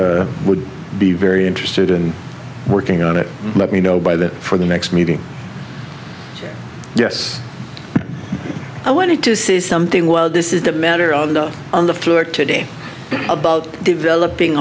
would be very interested in working on it let me know by that for the next meeting yes i wanted to say something well this is the matter of the on the floor today about developing